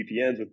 VPNs